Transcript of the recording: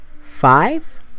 five